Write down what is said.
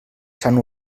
sant